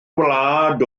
wlad